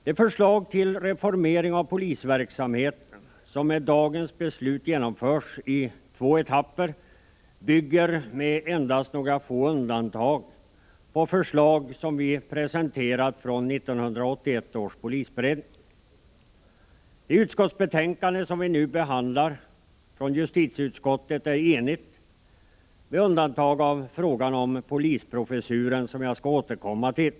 De förslag till reformering av polisverksamheten som med dagens beslut genomförs i två etapper bygger, med endast några få undantag, på förslag som vi presenterat från 1981 års polisberedning. Det utskottsbetänkande som vi nu behandlar från justitieutskottet är enhälligt, utom i frågan om polisprofessuren, som jag skall återkomma till.